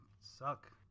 suck